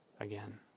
again